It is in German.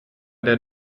der